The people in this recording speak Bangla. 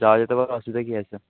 যাওয়া যেতে পারে অসুবিধা কী আছে